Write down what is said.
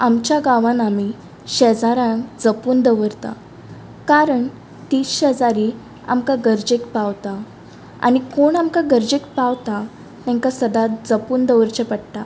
आमच्या गांवान आमी शेजारांग जपून दवरता कारण तींच शेजारी आमकां गरजेक पावता आनी कोण आमकां गरजेक पावता तेंकां सदांत जपून दवरचें पडटा